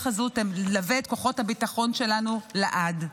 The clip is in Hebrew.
הזאת תלווה את כוחות הביטחון שלנו לעד.